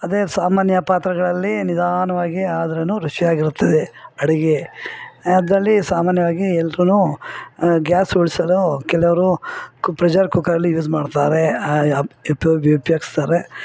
ಅದೆ ಸಾಮಾನ್ಯ ಪಾತ್ರೆಗಳಲ್ಲಿ ನಿಧಾನವಾಗಿ ಆದ್ರೂ ರುಚಿಯಾಗಿರುತ್ತದೆ ಅಡಿಗೆ ಅದರಲ್ಲಿ ಸಾಮಾನ್ಯವಾಗಿ ಎಲ್ರು ಗ್ಯಾಸ್ ಉಳಿಸಲು ಕೆಲವರು ಕುಕ್ ಪ್ರೆಷರ್ ಕುಕ್ಕರಲ್ಲಿ ಯೂಸ್ ಮಾಡ್ತಾರೆ ಉಪಯೋಗಿ ಉಪ್ಯೋಗಿಸ್ತಾರೆ